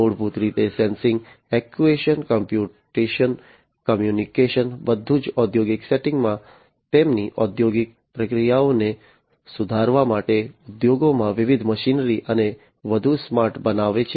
મૂળભૂત રીતે sensing actuation computation communication બધું જ ઔદ્યોગિક સેટિંગમાં તેમની ઔદ્યોગિક પ્રક્રિયાઓને સુધારવા માટે ઉદ્યોગોમાં વિવિધ મશીનરીને વધુ સ્માર્ટ બનાવે છે